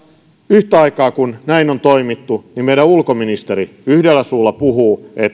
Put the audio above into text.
yhtä aikaa kun näin on toimittu meidän ulkoministeri yhdellä suulla puhuu